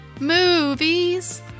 movies